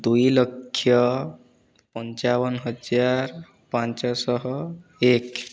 ଦୁଇଲକ୍ଷ ପଞ୍ଚାବନ ହଜାର ପାଞ୍ଚଶହ ଏକ